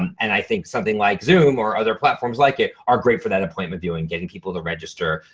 and i think something like zoom or other platforms like it are great for that appointment viewing, getting people to register,